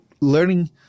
learning